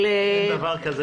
אבל --- אין דבר כזה,